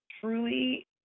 truly